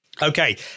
Okay